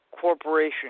corporation